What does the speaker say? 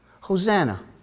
Hosanna